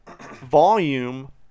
volume